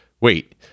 wait